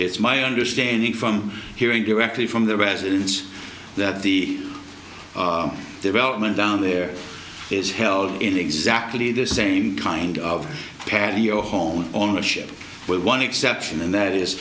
it's my understanding from hearing directly from the residents that the development down there is held in exactly the same kind of patio home ownership with one exception and that is